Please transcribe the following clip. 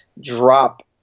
drop